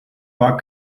war